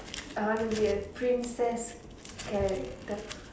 I want to be a princess character